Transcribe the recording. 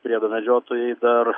priedo medžiotojai dar